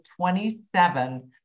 27